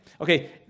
Okay